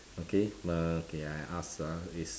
okay uh okay I ask ah is